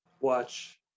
watch